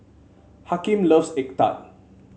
Hakim loves egg tart